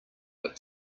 but